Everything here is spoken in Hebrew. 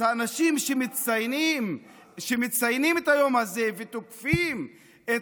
אז האנשים שמציינים את היום הזה ותוקפים את